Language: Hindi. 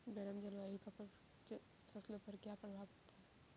गर्म जलवायु का फसलों पर क्या प्रभाव पड़ता है?